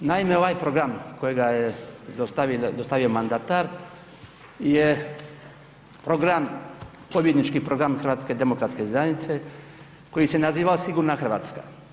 Naime, ovaj program kojega je dostavio mandatar je program, pobjednički program HDZ-a koji se nazivao Sigurna RH.